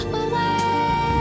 away